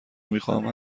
میخواهم